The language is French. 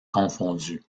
confondu